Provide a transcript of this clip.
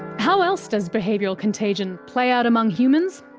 how else does behavioural contagion play out among humans?